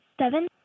Seven